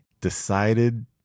decided